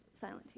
silent